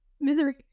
Misery